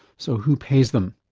so who pays them?